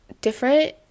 different